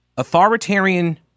authoritarian